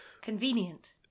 Convenient